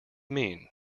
mean